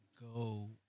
Go